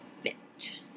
fit